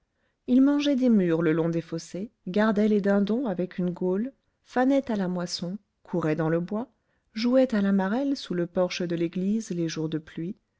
il mangeait des mûres le long des fossés gardait les dindons avec une gaule fanait à la moisson courait dans le bois jouait à la marelle sous le porche de l'église les jours de pluie